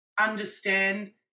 understand